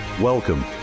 Welcome